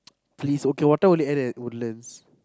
please okay what time will it end at Woodlands